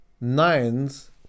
Nines